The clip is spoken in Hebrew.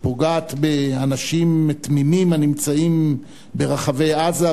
פוגעת באנשים תמימים הנמצאים ברחבי עזה,